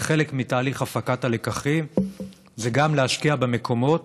וחלק מתהליך הפקת הלקחים זה גם להשקיע במקומות